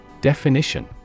definition